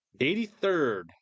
83rd